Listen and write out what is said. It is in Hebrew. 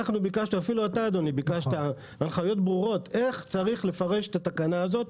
ביקשנו וגם אתה אדוני ביקשת הנחיות ברורות איך צריך לפרש את התקנה הזאת,